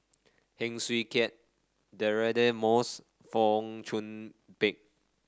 Heng Swee Keat Deirdre Moss Fong Chong Pik